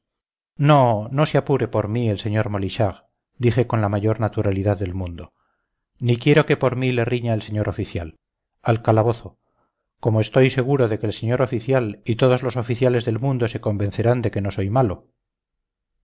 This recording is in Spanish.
no no se apure por mí el sr molichard dije con la mayor naturalidad del mundo ni quiero que por mí le riña el señor oficial al calabozo como estoy seguro de que el señor oficial y todos los oficiales del mundo se convencerán de que no soy malo